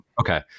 Okay